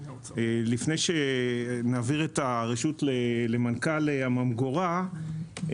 לפני שנעביר את הרשות למנכ"ל הממגורה,